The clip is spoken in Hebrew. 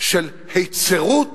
של היצרות